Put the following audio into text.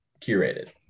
curated